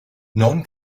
non